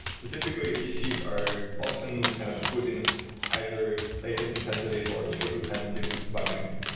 so typically gcs are often kind of put in either latency sensitive or throughput sensitive buckets.